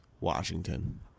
Washington